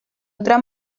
otra